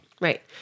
Right